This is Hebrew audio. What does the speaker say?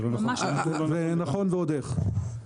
זה נכון ועוד איך.